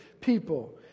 people